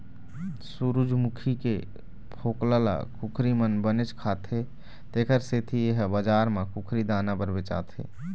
सूरजमूखी के फोकला ल कुकरी मन बनेच खाथे तेखर सेती ए ह बजार म कुकरी दाना बर बेचाथे